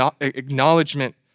acknowledgement